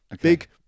Big